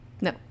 No